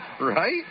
Right